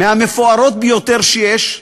מהמפוארות ביותר שיש,